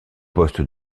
poste